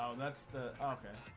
that's the law.